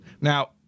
Now